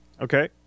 Okay